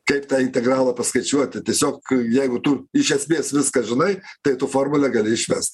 kaip tą integralą paskaičiuoti tiesiog jeigu tu iš esmės viską žinai tai tu formulę gali išvest